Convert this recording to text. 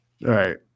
right